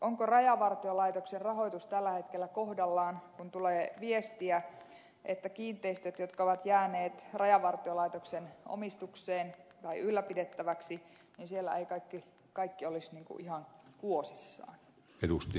onko rajavartiolaitoksen rahoitus tällä hetkellä kohdallaan kun tulee viestiä että kiinteistöissä jotka ovat jääneet rajavartiolaitoksen omistukseen tai ylläpidettäväksi ei kaikki olisi niin kuin ihan kuosissaan